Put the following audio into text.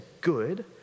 good